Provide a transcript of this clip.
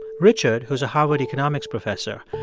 richard, who's a harvard economics professor,